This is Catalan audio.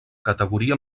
categoria